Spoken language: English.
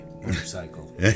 motorcycle